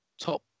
top